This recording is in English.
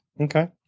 Okay